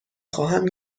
خواهم